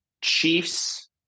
Chiefs